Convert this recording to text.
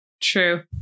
true